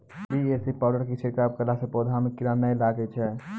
BAC powder के छिड़काव करला से पौधा मे कीड़ा नैय लागै छै?